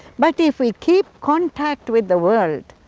but, if we keep contact with the world